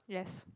yes